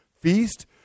feast